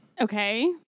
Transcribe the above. okay